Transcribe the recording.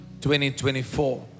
2024